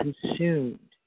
consumed